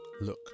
Look